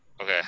Okay